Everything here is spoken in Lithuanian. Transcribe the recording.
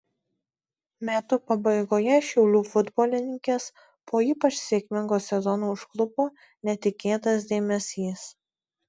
metų pabaigoje šiaulių futbolininkes po ypač sėkmingo sezono užklupo netikėtas dėmesys